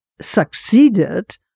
succeeded